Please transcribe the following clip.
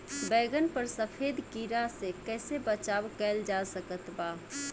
बैगन पर सफेद कीड़ा से कैसे बचाव कैल जा सकत बा?